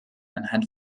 anhand